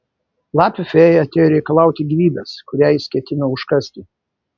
lapių fėja atėjo reikalauti gyvybės kurią jis ketino užkasti